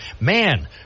Man